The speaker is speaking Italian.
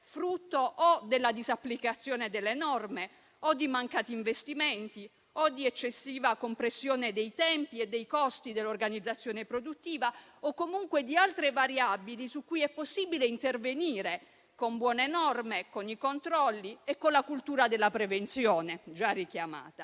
- o della disapplicazione delle norme o di mancati investimenti o di eccessiva compressione dei tempi e dei costi dell'organizzazione produttiva o comunque di altre variabili, su cui è possibile intervenire, con buone norme, con i controlli e con la cultura della prevenzione già richiamata.